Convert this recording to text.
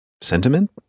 sentiment